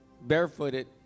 barefooted